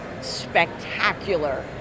spectacular